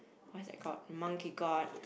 what's that called the Monkey God